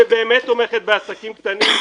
שבאמת תומכת בעסקים קטנים,